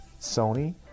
Sony